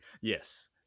Yes